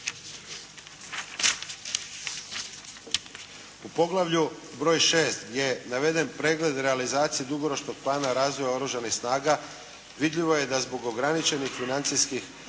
U poglavlju broj 6. je naveden pregled realizacije Dugoročnog plana razvoja Oružanih snaga. Vidljivo je da zbog ograničenih financijskih